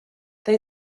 they